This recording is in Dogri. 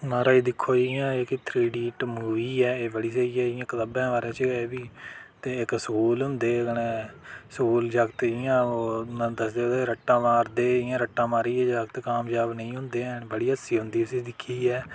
म्हाराज दिक्खो इं'या थ्री इडियट् इक मूवी ऐ एह् बड़ी स्हेई ऐ कताबें बारै च एह्बी ते इक स्कूल होंदा कन्नै स्कूल जागतें ईं जियां ओह् दसदे ओह्दे ई रट्टा मारदे इं'या रट्टा मारियै जागत् कामजाब नेईं होंदे है'न बड़ा हास्सा औंदा इसी दिक्खियै